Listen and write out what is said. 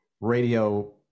radio